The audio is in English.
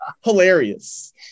hilarious